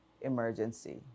emergency